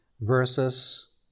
versus